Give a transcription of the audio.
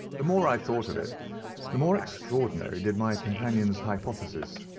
the more i thought of it the more extraordinary did my companion's hypothesis,